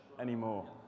Anymore